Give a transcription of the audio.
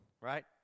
right